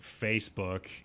Facebook